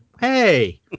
Hey